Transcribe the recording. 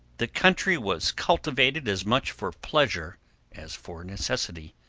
the country was cultivated as much for pleasure as for necessity.